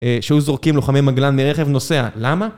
שהיו זורקים לוחמי מגלן מרכב נוסע, למה?